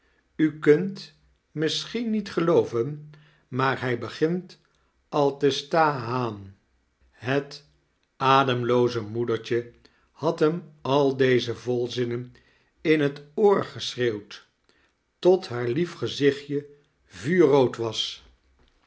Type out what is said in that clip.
u kiint het misschien niet gelooven maar hij begint al te sta an het ademlooze moedertje had hem al deze volzinnen in het oor geschreeuwd tot haar lief gezichtje vuurrood was